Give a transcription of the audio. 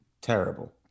terrible